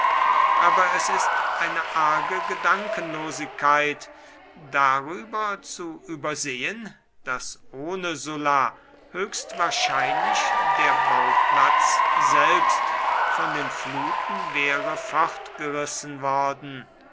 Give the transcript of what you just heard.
aber es ist eine arge gedankenlosigkeit darüber zu übersehen daß ohne sulla höchstwahrscheinlich der bauplatz selbst von den fluten wäre fortgerissen worden